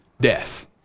death